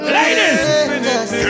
Ladies